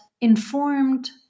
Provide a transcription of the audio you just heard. informed